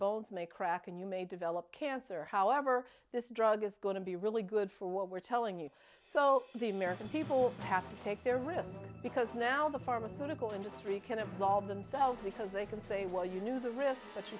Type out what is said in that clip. both may crack and you may develop cancer however this drug is going to be really good for what we're telling you so the american people have to take their risk because now the pharmaceutical industry can absolve themselves because they can say well you knew the ris